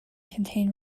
contained